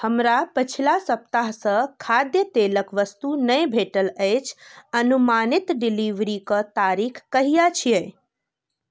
हमरा पछिला सप्ताहसँ खाद्य तेलक वस्तु नहि भेटल अछि अनुमानित डिलीवरीकऽ तारीख कहिआ छियै